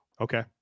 Okay